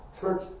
church